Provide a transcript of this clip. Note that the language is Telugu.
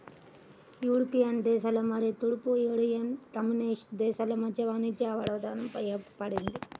యూరోపియన్ దేశాలు మరియు తూర్పు యూరోపియన్ కమ్యూనిస్ట్ దేశాల మధ్య వాణిజ్య అవరోధం ఏర్పడింది